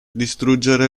distruggere